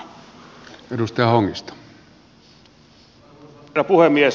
arvoisa herra puhemies